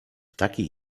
takiej